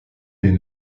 des